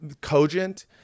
cogent